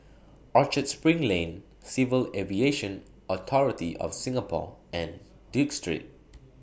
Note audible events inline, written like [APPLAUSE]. Orchard SPRING Lane Civil Aviation Authority of Singapore and Duke Street [NOISE]